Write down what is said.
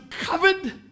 covered